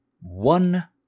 one